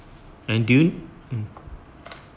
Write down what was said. and do you